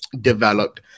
developed